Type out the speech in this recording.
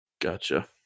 Gotcha